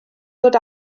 ddod